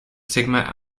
sigma